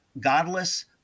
godless